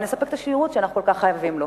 ונספק את השירות שאנחנו כל כך חייבים לו.